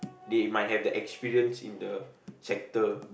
they might have the experience in the sector